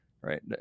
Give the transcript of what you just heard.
Right